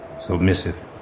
Submissive